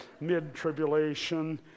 Mid-tribulation